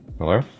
Hello